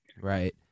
right